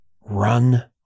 run